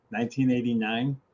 1989